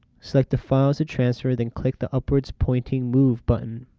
select the files to transfer then click the upwards pointing move button.